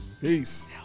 Peace